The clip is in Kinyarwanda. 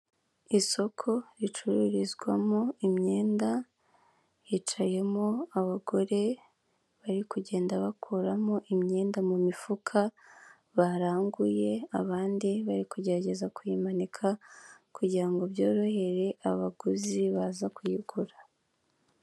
Isoko ricururizwamo imyenda hicayemo abagore barikugenda bakuramo imyenda mu mifuka baranguye abandi bari kugeregeza kuyimanika kugira ngo byorohere abaguzi baza kuyigura.